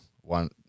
one